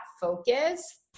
focus